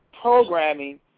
programming